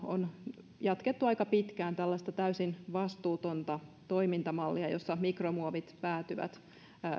on jatkettu aika pitkään tällaista täysin vastuutonta toimintamallia jossa mikromuovit päätyvät